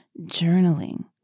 journaling